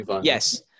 yes